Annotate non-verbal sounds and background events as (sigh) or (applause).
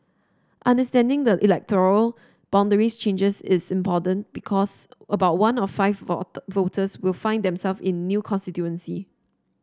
understanding the electoral boundaries changes is important because about one of five (unintelligible) voters will find them self in new constituency